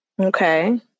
Okay